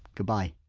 goodbye